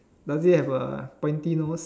does it have a pointy nose